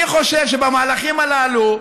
אני חושב שבמהלכים הללו,